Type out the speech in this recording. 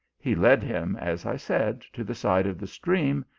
he led him, as i said, to the side of the stream,